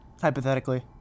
Hypothetically